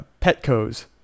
Petco's